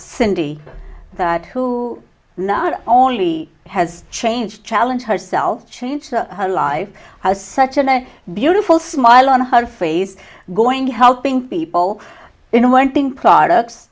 cindy that who not only has changed challenge herself changed her life has such a beautiful smile on her face going to helping people in one thousand products